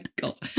god